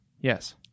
Yes